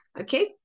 Okay